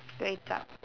kway chap